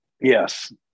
Yes